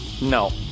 No